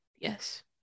Yes